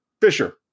Fisher